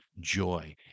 joy